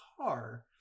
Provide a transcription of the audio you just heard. car